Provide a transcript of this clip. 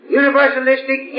universalistic